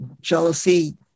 jealousy